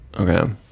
Okay